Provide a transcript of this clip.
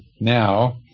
now